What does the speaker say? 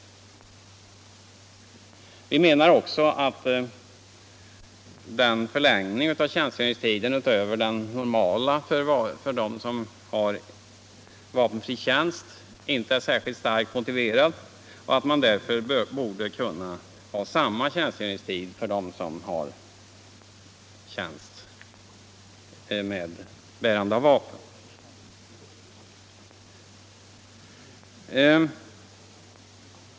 Vi menar också att en förlängning av tjänstgöringstiden utöver den normala för dem som har vapenfri tjänst inte är särskilt starkt motiverad och att man därför borde kunna ha samma tjänstgöringstid för de vapenfria som för dem som bär vapen.